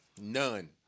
None